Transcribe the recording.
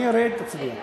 הממשלה בעד.